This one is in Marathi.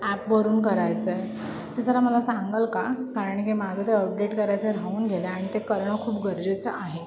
ॲपवरून करायचं आहे ते जरा मला सांगल का कारण की माझं ते अपडेट करायचं राहून गेलं आणि ते करणं खूप गरजेचं आहे